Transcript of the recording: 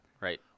right